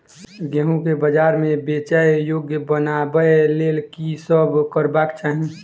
गेंहूँ केँ बजार मे बेचै योग्य बनाबय लेल की सब करबाक चाहि?